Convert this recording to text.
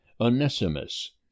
Onesimus